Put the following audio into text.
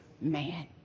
man